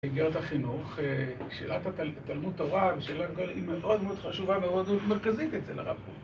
אגרות החינוך, שאלת התלמוד טובה, היא מאוד מאוד חשובה, מאוד מרכזית אצל הרב